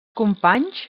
companys